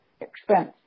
expense